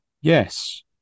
Yes